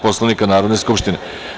Poslovnika Narodne skupštine.